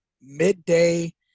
midday